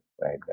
right